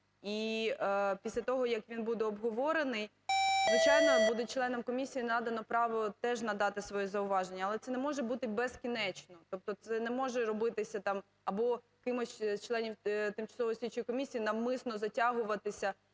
І після того, як він буде обговорений, звичайно, буде членам комісії надано право теж надати свої зауваження. Але це не може бути безкінечно. Тобто це не може робитися, там, або кимось з членів тимчасової слідчої комісії, навмисно затягуватися,